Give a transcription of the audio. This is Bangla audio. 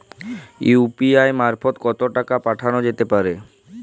ইউ.পি.আই মারফত কত টাকা পাঠানো যেতে পারে?